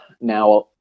now